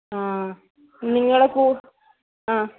ആ നിങ്ങളെ കൂ ആ